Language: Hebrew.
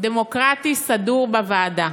דמוקרטי סדור בוועדה.